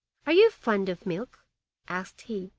are you fond of milk asked he.